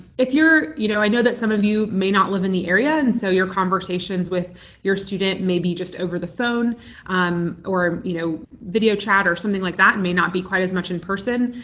if you're you know i know that some of you may not live in the area, and so your conversations with your student may be just over the phone um or you know video chat or something like that and may not be quite as much in person,